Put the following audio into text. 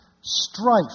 strife